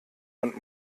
und